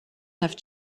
have